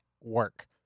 work